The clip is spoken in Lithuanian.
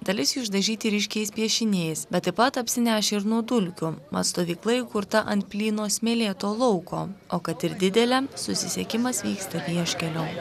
dalis jų dažyti ryškiais piešiniais bet taip pat apsinešę ir nuo dulkių mat stovykla įkurta ant plyno smėlėto lauko o kad ir didelė susisiekimas vyksta vieškeliu